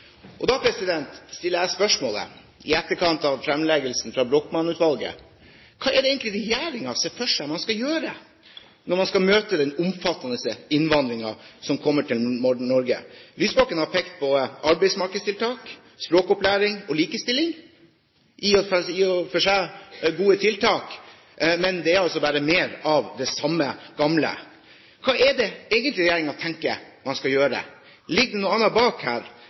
Da stiller jeg spørsmålet, i etterkant av fremleggelsen fra Brochmann-utvalget: Hva er det egentlig regjeringen ser for seg at man skal gjøre når man skal møte den omfattende innvandringen som kommer til Norge? Lysbakken har pekt på arbeidsmarkedstiltak, språkopplæring og likestilling – i og for seg gode tiltak, men det er bare mer av det samme gamle. Hva er det egentlig regjeringen tenker at man skal gjøre? Ligger det noe annet bak her?